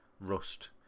Rust